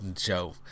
show